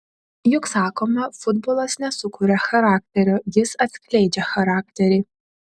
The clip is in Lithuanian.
juk sakoma futbolas nesukuria charakterio jis atskleidžia charakterį